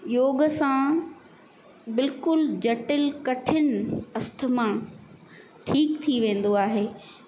योग सां बिलकुलु जटिल कठिन अस्थमा ठीकु थी वेंदो आहे